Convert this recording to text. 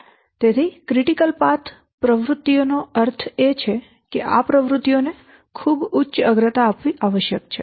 તેથી critical path પ્રવૃત્તિઓનો અર્થ એ કે આ પ્રવૃત્તિઓને ખૂબ ઉચ્ચ અગ્રતા આપવી આવશ્યક છે